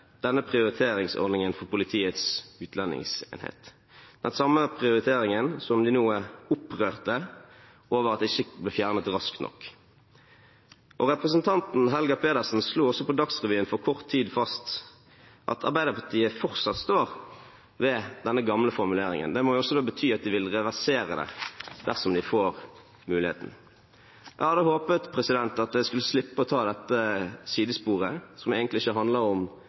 denne prioriteringsordningen for Politiets utlendingsenhet, den samme prioriteringen som de nå er opprørte over at ikke ble fjernet raskt nok. Representanten Helga Pedersen slo også på Dagsrevyen for kort tid siden fast at Arbeiderpartiet fortsatt står ved denne gamle formuleringen. Det må også da bety at de vil reversere det dersom de får muligheten. Jeg hadde håpet at jeg skulle slippe å ta dette sidesporet som egentlig ikke handler om